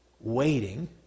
waiting